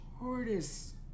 shortest